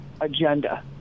agenda